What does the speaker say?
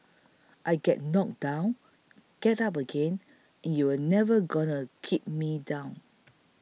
I get knocked down get up again you're never gonna keep me down